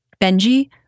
Benji